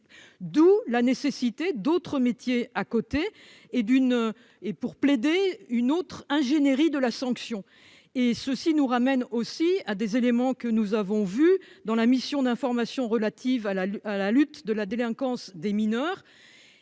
d'où la nécessité d'autre métier à côté et d'une, et pour plaider une autre ingénierie de la sanction et ceci nous ramène aussi à des éléments que nous avons vu dans la mission d'information relative à la à la lutte de la délinquance des mineurs